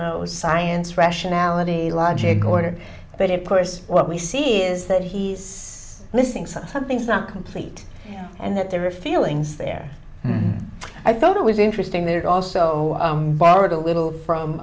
was science rationality logic order but it course what we see is that he's missing some something's not complete and that there are feelings there i thought it was interesting that it also borrowed a little from